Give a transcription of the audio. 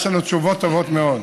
יש לנו תשובות טובות מאוד.